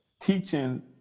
teaching